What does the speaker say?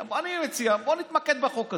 אז אני מציע: בוא נתמקד בחוק הזה,